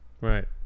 Right